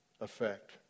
effect